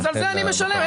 על זה אני משלם.